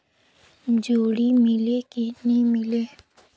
जोणी मीले कि नी मिले?